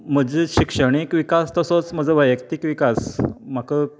म्हजे शिक्षणीक विकास तसोच म्हजो वैयक्तीक विकास म्हाका